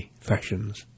fashions